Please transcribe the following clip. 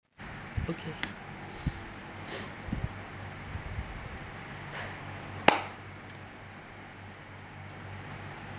okay